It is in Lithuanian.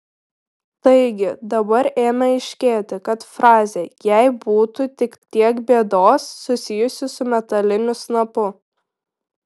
taigi dabar ėmė aiškėti kad frazė jei būtų tik tiek bėdos susijusi su metaliniu snapu